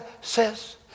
says